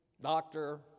doctor